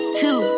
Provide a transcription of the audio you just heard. two